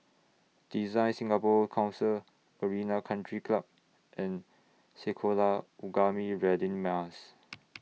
Design Singapore Council Arena Country Club and Sekolah Ugama Radin Mas